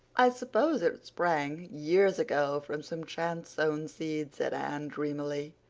i suppose it sprang years ago from some chance-sown seed, said anne dreamily.